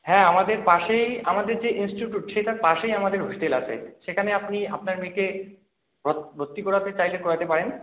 হ্যাঁ আমাদের পাশেই আমাদের যে ইন্সটিটিউট সেটার পাশেই আমাদের হোস্টেল আছে সেখানে আপনি আপনার মেয়েকে ভর্তি করাতে চাইলে করাতে পারেন